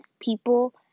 people